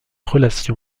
relation